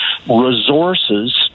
resources